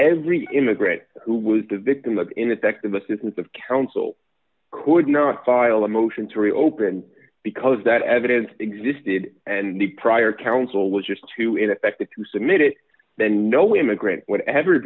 every immigrant who was the victim of ineffective assistance of counsel could not file a motion to reopen because that evidence existed and the prior counsel was just too ineffective to submit it then no immigrant would ever